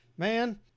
Man